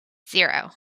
zero